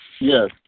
Yes